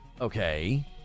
okay